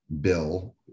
bill